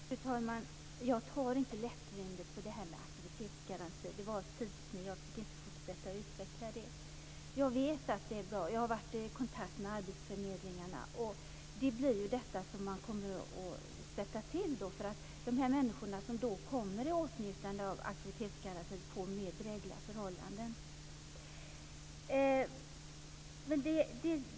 Fru talman! Jag tar inte lättvindigt på aktivitetsgarantin. Jag kom i tidsnöd och fick inte tid att fortsätta att utveckla resonemanget. Jag vet att det är bra. Jag har varit i kontakt med arbetsförmedlingarna. Det blir detta som man kommer att använda. De människor som kommer i åtnjutande av aktivitetsgarantin får därmed mer drägliga förhållanden.